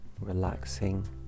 relaxing